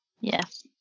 Yes